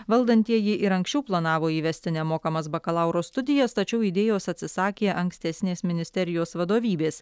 valdantieji ir anksčiau planavo įvesti nemokamas bakalauro studijas tačiau idėjos atsisakė ankstesnės ministerijos vadovybės